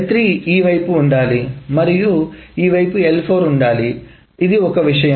L3 ఈ వైపుఉండాలి మరియు ఈ వైపు L4 ఉండాలిఇది ఒక విషయం